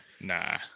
Nah